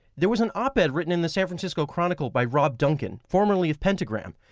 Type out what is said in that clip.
there was an op-ed written in the san francisco chronicle by rob duncan, formerly of pentagram.